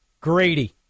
Grady